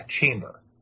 chamber